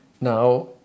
Now